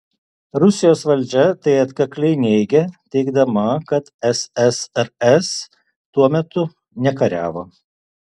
rusijos valdžia tai atkakliai neigia teigdama kad ssrs tuo metu nekariavo